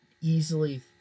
easily